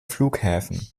flughäfen